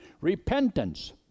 Repentance